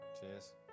Cheers